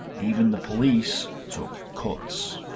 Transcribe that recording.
even the police took cuts.